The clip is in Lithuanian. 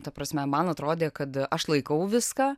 ta prasme man atrodė kad aš laikau viską